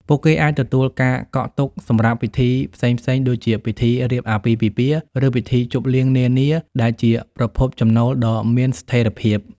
ពួកគេអាចទទួលការកក់ទុកសម្រាប់ពិធីផ្សេងៗដូចជាពិធីរៀបអាពាហ៍ពិពាហ៍ ឬពិធីជប់លៀងនានា ដែលជាប្រភពចំណូលដ៏មានស្ថិរភាព។